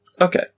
Okay